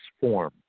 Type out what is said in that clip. form